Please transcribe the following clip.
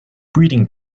breeding